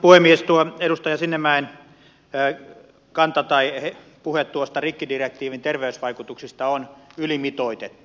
tuo edustaja sinnemäen kanta tai puhe rikkidirektiivin terveysvaikutuksista on ylimitoitettu